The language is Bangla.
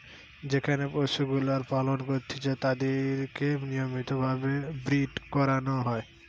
যেখানে পশুগুলার পালন করতিছে তাদিরকে নিয়মিত ভাবে ব্রীড করানো হয়